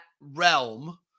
realm